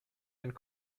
and